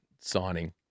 signing